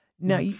Now